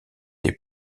des